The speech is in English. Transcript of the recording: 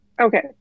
Okay